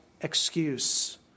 excuse